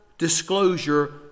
disclosure